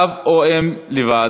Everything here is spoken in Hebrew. אב או אם לבד?